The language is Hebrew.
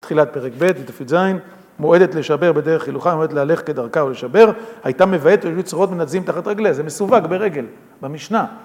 תחילת פרק ב' בדף י"ז: "מועדת לשבר בדרך חילוכה, מועדת להלך כדרכה ולשבר, הייתה מבעטת, או שהיו צרורות מנתזין מתחת רגליה", זה מסווג ברגל, במשנה.